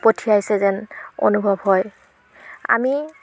পঠিয়াইছে যেন অনুভৱ হয় আমি